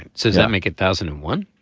and says that make it thousand and one